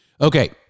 Okay